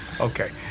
Okay